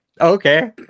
Okay